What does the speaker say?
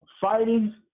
fighting